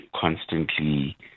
constantly